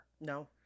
No